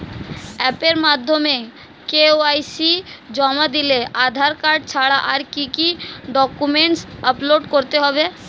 অ্যাপের মাধ্যমে কে.ওয়াই.সি জমা দিলে আধার কার্ড ছাড়া আর কি কি ডকুমেন্টস আপলোড করতে হবে?